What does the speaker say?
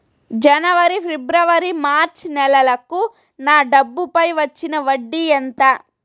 జనవరి, ఫిబ్రవరి, మార్చ్ నెలలకు నా డబ్బుపై వచ్చిన వడ్డీ ఎంత